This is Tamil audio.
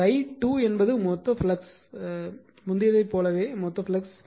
∅2 என்பது மொத்த ஃப்ளக்ஸ் முந்தையது போலவே மொத்த ஃப்ளக்ஸ் ∅22 ∅21